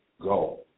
go